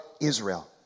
Israel